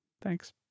thanks